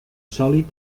sòlid